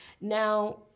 Now